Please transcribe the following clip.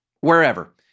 wherever